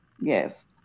yes